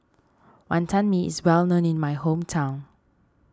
Wantan Mee is well known in my hometown